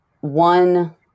one